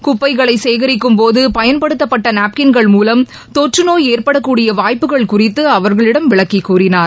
குப்பைகளை சேகரிக்கும் போது பயன்படுத்தப்பட்ட நாப்கின்கள் மூலம் தொற்று நோய் ஏற்படக்கூடிய வாய்ப்புகள் குறித்து அவர்களிடம் விளக்கிக்கூறினார்